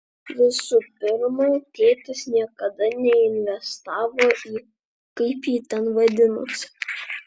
visų pirma tėtis niekada neinvestavo į kaip ji ten vadinosi